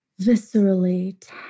viscerally